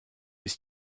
ist